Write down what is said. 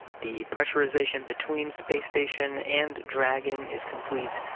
the pressurization between space station and dragon is complete.